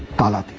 follow